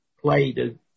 played